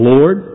Lord